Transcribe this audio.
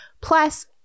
plus